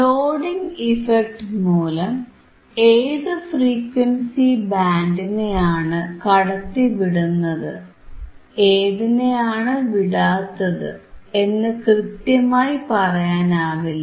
loading effect മൂലം ഏതു frequency ബാൻഡിനെയാണ് കടത്തിവിടുന്നത് ഏതിനെയാണ് വിടാത്തത് എന്നു കൃത്യമായി പറയാനാവില്ല